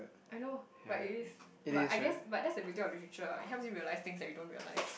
I know but it is but I guess but that is the beauty of literature lah it helps you realize things that you don't realize